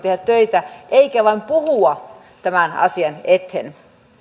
on tehdä töitä eikä vain puhua tämän asian eteen